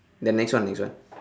the next one next one